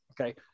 okay